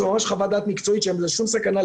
זו ממש חוות דעת מקצועית שאין בה שום סכנה,